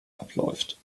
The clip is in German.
abläuft